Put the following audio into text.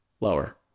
lower